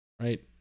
right